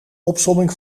opsomming